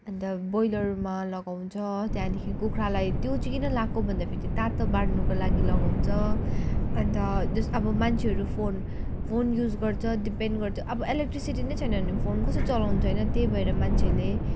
अन्त ब्रोयलरमा लगाउँछ त्यहाँदेखि कुखुरालाई त्यो चाहिँ किन लगाएको भनेदेखि तातो बाँड्नुको लागि लगाउँछ अन्त जे होस् अब मान्छेहरू फोन फोन युज गर्छ डिपेन्ड गर्छ अब इलेक्ट्रिसिटी नै छैन भने फोन कसरी चलाउँछ होइन त्यही भएर मान्छेले